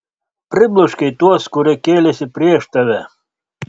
parbloškei tuos kurie kėlėsi prieš tave